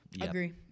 Agree